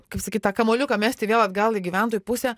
kaip sakyt tą kamuoliuką mesti vėl atgal į gyventojų pusę